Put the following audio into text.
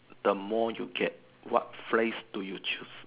the more you get what phrase do you choose